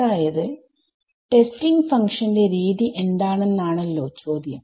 അതായത് ടെസ്റ്റിംഗ് ഫങ്ക്ഷന്റെ രീതി എന്താണെന്നാണല്ലോ ചോദ്യം